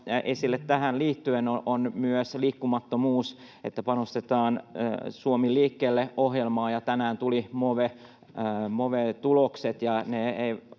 esille tähän liittyen, on liikkumattomuus ja se, että panostetaan Suomi liikkeelle -ohjelmaan. Tänään tulivat Move-tulokset,